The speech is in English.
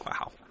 Wow